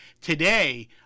Today